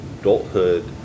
adulthood